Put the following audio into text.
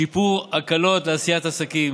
שיפור הקלות לעשיית עסקים,